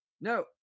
No